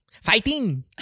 Fighting